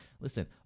Listen